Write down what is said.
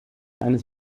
eines